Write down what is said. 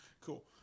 Cool